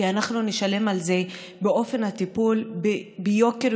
כי אנחנו נשלם על זה באופן הטיפול יותר ביוקר,